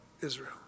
israel